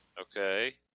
Okay